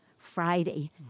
friday